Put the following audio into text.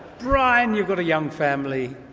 bryan, you've got a young family.